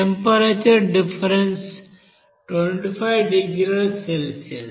temperature difference 250 డిగ్రీల Celsius